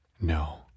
No